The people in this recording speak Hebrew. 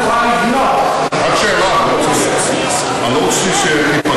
בצד שלנו נוכל לבנות, אני לא רציתי שתיפגע.